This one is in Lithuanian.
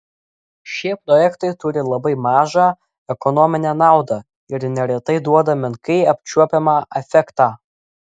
šie projektai turi labai mažą ekonominę naudą ir neretai duoda menkai apčiuopiamą efektą